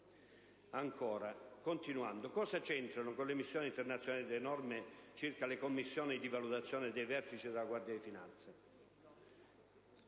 Ancora, continuando, cosa c'entrano con le missioni internazionali le norme circa le commissioni di valutazione dei vertici della Guardia di finanza?